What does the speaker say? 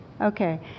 okay